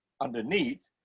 underneath